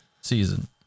season